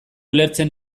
ulertzen